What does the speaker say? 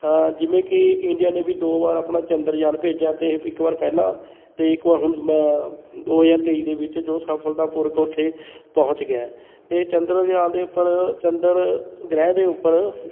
ਜਿਵੇਂ ਕੀ ਇੰਡੀਆ ਨੇ ਵੀ ਦੋ ਵਾਰ ਆਪਣਾ ਚੰਦਰਯਾਨ ਭੇਜਿਆ ਅਤੇ ਇਹ ਇੱਕ ਵਾਰ ਪਹਿਲਾਂ ਅਤੇ ਇੱਕ ਵਾਰ ਹੁਣ ਦੋ ਹਜ਼ਾਰ ਤੇਈ ਦੇ ਵਿੱਚ ਜੋ ਸਫਲਤਾਪੂਰਕ ਉਥੇ ਪਹੁੰਚ ਗਿਆ ਅਤੇ ਚੰਦਰਯਾਨ ਦੇ ਉੱਪਰ ਚੰਦਰ ਗ੍ਰਹਿ ਦੇ ਉੱਪਰ